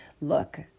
look